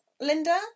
Linda